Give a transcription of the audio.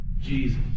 Jesus